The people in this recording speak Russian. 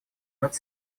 над